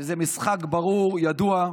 שזה משחק ברור וידוע,